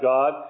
God